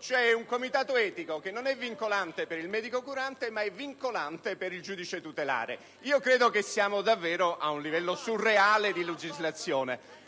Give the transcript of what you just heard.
Cioè il collegio medico non è vincolante per il medico curante, ma è vincolante per il giudice tutelare. Credo che siamo davvero ad un livello surreale di legislazione,